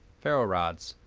ferro rods,